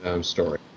story